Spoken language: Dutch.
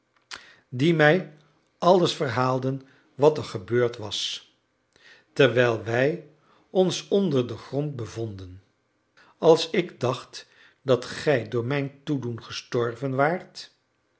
die mij alles verhaalden wat er gebeurd was terwijl wij ons onder den grond bevonden als ik dacht dat gij door mijn toedoen gestorven waart